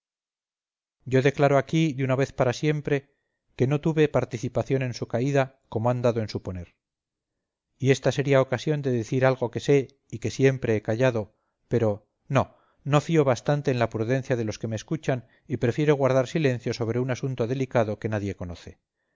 yo declaro aquí de una vez para siempre que no tuve participación en su caída como han dado en suponer y ésta sería ocasión de decir algo que sé y que siempre he callado pero no no fío bastante en la prudencia de los que me escuchan y prefiero guardar silencio sobre un punto delicado que nadie conoce